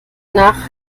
nach